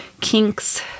kinks